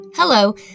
Hello